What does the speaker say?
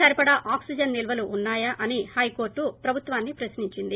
సరిపడా ఆక్సిజన్ నిల్వలు ఉన్నాయా అని హైకోర్లు ప్రభుత్వాన్ని ప్రశ్నించింది